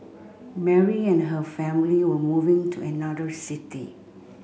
Mary and her family were moving to another city